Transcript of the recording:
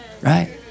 Right